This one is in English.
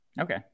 Okay